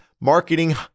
marketing